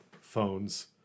phones